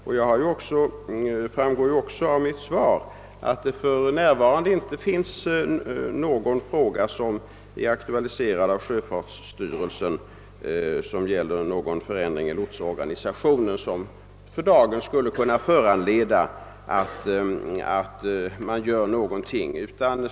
Det framgår också av mitt svar att det för närvarande inte finns någon sådan fråga aktualiserad av sjöfartsstyrelsen om förändringar i lotsorganisationen, som skulle kunna föranleda någon ändring för dagen.